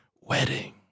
wedding